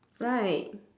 right